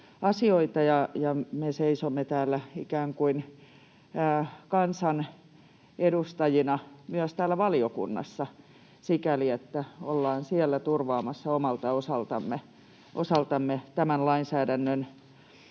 Me seisomme ikään kuin kansan edustajina myös täällä valiokunnassa sikäli, että olemme siellä turvaamassa omalta osaltamme tämän lainsäädännön